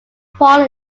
paul